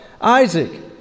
Isaac